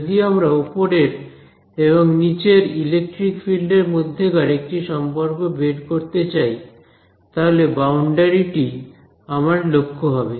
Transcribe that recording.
যদি আমরা ওপরের এবং নিচের ইলেকট্রিক ফিল্ড এর মধ্যেকার একটি সম্পর্ক বের করতে চাই তাহলে বাউন্ডারি টি আমার লক্ষ্য হবে